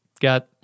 got